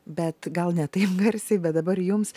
bet gal ne taip garsiai bet dabar jums